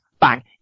bang